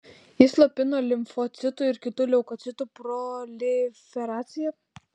jis slopina limfocitų ir kitų leukocitų proliferaciją